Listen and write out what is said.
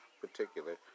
particular